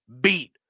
beat